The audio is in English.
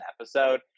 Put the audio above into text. episode